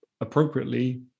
appropriately